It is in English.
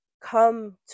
come